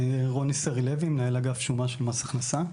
רוני סרי לוי, מנהל אגף שומה של מס הכנסה.